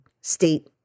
state